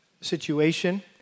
situation